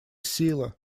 сила